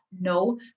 no